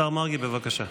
השר מרגי, בבקשה.